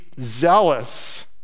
zealous